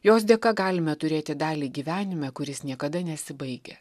jos dėka galime turėti dalį gyvenime kuris niekada nesibaigia